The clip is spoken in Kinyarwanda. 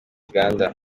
uganda